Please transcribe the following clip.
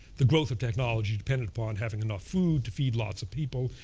the growth of technology depended upon having enough food to feed lots of people,